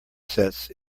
sets